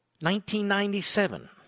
1997